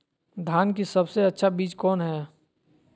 धान की सबसे अच्छा बीज कौन है?